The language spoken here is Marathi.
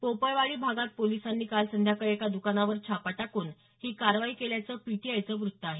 पोपळवाडी भागात पोलिसांनी काल संध्याकाळी एका द्रकानावर छापा टाकून ही कारवाई केल्याचं पीटीआयचं व्रत्त आहे